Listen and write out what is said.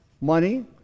money